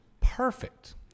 Perfect